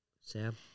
Sam